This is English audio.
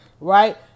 right